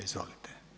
Izvolite.